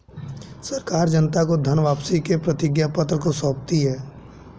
सरकार जनता को धन वापसी के प्रतिज्ञापत्र को सौंपती है